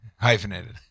Hyphenated